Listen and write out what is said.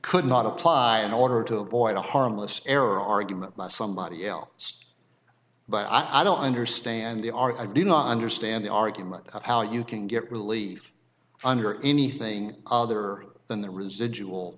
could not applied in order to avoid a harmless error argument by somebody else but i don't understand the art i do not understand the argument how you can get relief under anything other than the residual